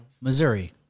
Missouri